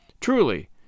Truly